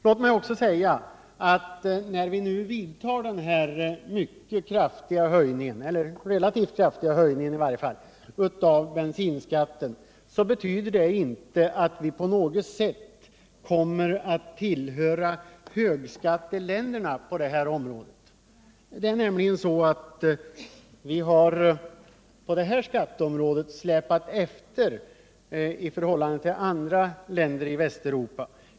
Låt mig också säga att när vi nu genomför den här relativt kraftiga höjningen av bensinskatten så betyder det inte att vårt land på något sätt kommer att tillhöra högskatteländerna i det här sammanhanget. Sverige har nämligen på detta skatteområde släpat efter i förhållande till andra länder i Västeuropa.